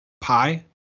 pie